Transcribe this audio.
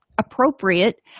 appropriate